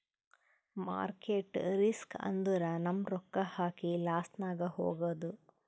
market risk ಅಂದುರ್ ನಮ್ ರೊಕ್ಕಾ ಹಾಕಿ ಲಾಸ್ನಾಗ್ ಹೋಗದ್